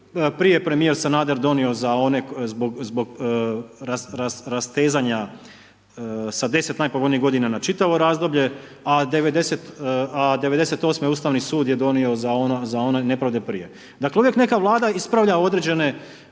Prije je premijer Sanader donio za one zbog rastezanja sa 10 najpovoljnijih godina na čitavo razdoblje da '98. Ustavni sud je donio za one nepravde prije. Dakle uvijek neka Vlada ispravlja određene